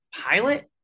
pilot